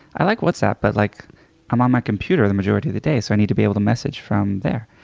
i like whatsapp, but like i'm on my computer the majority of the day so i need to be able to message from there.